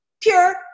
pure